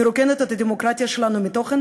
מרוקנת את הדמוקרטיה שלנו מתוכן